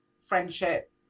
friendship